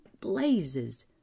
blazes